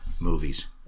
Movies